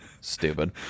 Stupid